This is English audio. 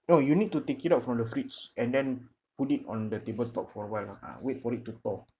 no you need to take it out from the fridge and then put it on the table top for a while lah ah wait for it to thaw